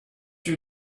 you